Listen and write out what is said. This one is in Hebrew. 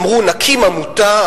אמרו: נקים עמותה,